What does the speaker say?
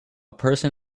person